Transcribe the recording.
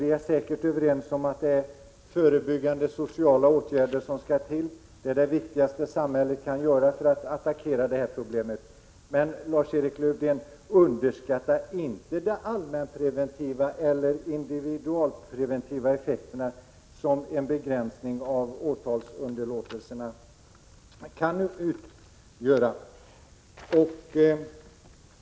Vi är säkert överens om att det är förebyggande sociala åtgärder som skall till och att det är det viktigaste samhället kan göra för att attackera problemen. Men Lars-Erik Lövdén, underskatta inte de allmänpreventiva eller individualpreventiva effekterna som en begränsning av åtalsunderlåtelserna kan utgöra.